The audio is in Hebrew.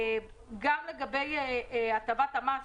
גם לגבי הטבת המס,